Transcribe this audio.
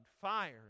fire